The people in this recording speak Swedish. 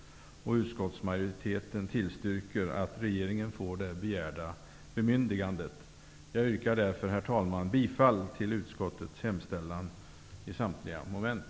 Utskottsmajoriteten tillstyrker att regeringen får det begärda bemyndigandet. Herr talman! Jag yrkar bifall till utskottets hemställan i samtliga moment.